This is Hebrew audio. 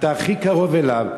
אתה הכי קרוב אליו,